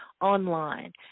online